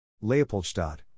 Leopoldstadt